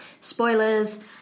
Spoilers